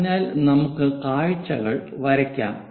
അതിനാൽ നമുക്ക് കാഴ്ചകൾ വരയ്ക്കാം